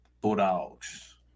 Bulldogs